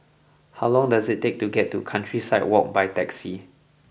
how long does it take to get to Countryside Walk by taxi